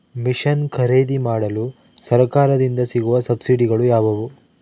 Mission ಖರೇದಿಮಾಡಲು ಸರಕಾರದಿಂದ ಸಿಗುವ ಸಬ್ಸಿಡಿಗಳು ಯಾವುವು?